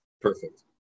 Perfect